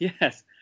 yes